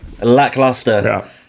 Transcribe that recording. Lackluster